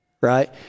right